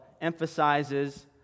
emphasizes